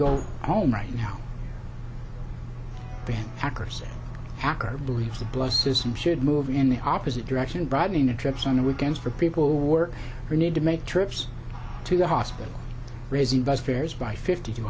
go home right now but hackers hacker believes a blessed system should move in the opposite direction broadening the trips on the weekends for people who work we need to make trips to the hospital raising bus fares by fifty t